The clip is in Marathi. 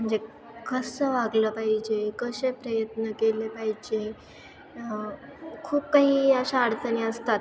म्हणजे कसं वागलं पाहिजे कसे प्रयत्न केले पाहिजे खूप काही अशा अडचणी असतात